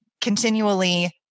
continually